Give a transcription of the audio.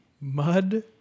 Mud